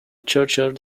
churchyard